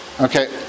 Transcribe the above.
Okay